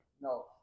No